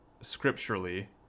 scripturally